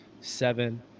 seven